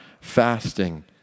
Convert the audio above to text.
fasting